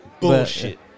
Bullshit